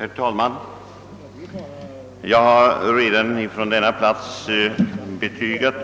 Herr talman! Jag har redan tidigare betygat